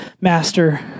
Master